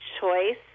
choice